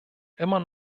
immer